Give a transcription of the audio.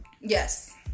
Yes